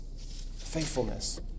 Faithfulness